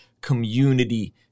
community